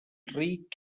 ric